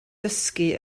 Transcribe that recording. dysgu